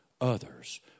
others